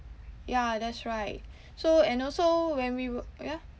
ya that's right so and also when we were yeah